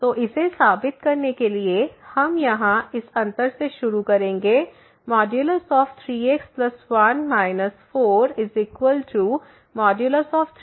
तो इसे साबित करने के लिए हम यहाँ इस अंतर से शुरू करेंगे 3x1 43x 33x 1